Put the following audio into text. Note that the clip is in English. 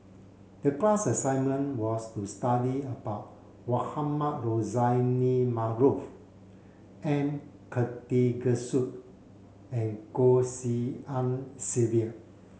the class assignment was to study about Mohamed Rozani Maarof M Karthigesu and Goh Tshin En Sylvia